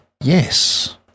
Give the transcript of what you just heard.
Yes